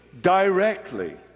directly